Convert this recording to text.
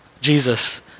Jesus